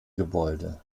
gebäude